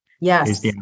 Yes